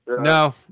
No